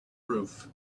roof